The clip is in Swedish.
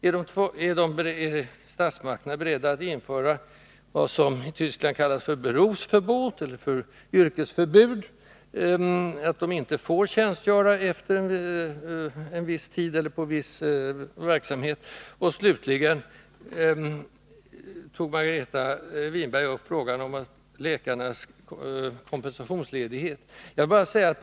Är statsmakterna beredda att införa vad som i Tyskland kallas för Berufsverbot — yrkesförbud — som innebär att man inte får tjänstgöra, generellt eller på sin fritid, inom en viss verksamhet? Slutligen tog Margareta Winberg upp frågan om läkarnas kompensationsledighet.